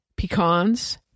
pecans